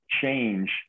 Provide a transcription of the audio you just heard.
change